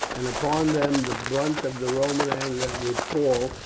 and upon them the brunt of the roman anger would fall,